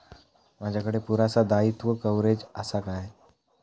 माजाकडे पुरासा दाईत्वा कव्हारेज असा काय?